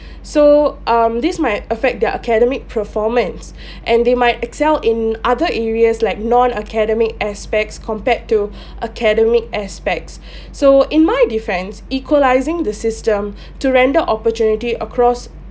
so um this might affect their academic performance and they might excel in other areas like non academic aspects compared to academic aspects so in my defence equalizing the system to render opportunity across